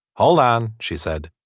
hold on. she said.